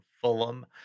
fulham